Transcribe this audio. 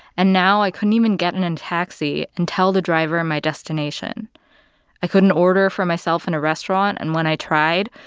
and now i couldn't even get in a taxi and tell the driver my destination i couldn't order for myself in a restaurant. and when i tried,